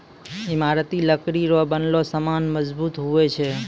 ईमारती लकड़ी रो बनलो समान मजबूत हुवै छै